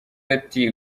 ati